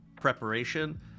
preparation